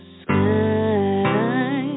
sky